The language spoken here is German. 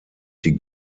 die